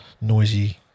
noisy